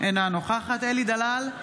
אינה נוכחת אלי דלל,